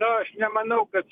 na aš nemanau kad